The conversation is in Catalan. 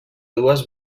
dues